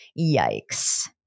yikes